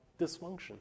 dysfunction